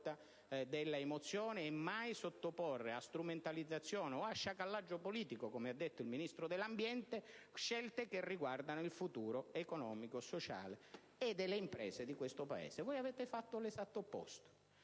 delle emozioni e mai sottoporre a strumentalizzazioni o a sciacallaggio politico» - come ha detto il Ministro dell'ambiente - «scelte che riguardano il futuro economico e sociale e delle imprese di questo Paese». Voi avete fatto l'esatto opposto: